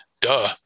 duh